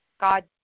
God